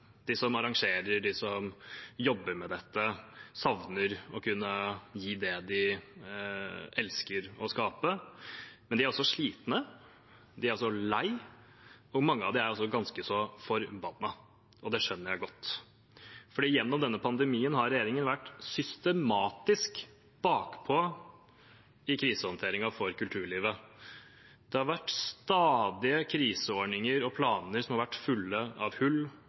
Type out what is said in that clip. de som arrangerer, de som jobber med dette, savner å kunne gi det de elsker å skape, men de er også slitne. De er lei, og mange av dem er også ganske forbannet, og det skjønner jeg godt. For gjennom denne pandemien har regjeringen vært systematisk bakpå i krisehåndteringen for kulturlivet. Det har vært stadige kriseordninger og planer som har vært fulle av hull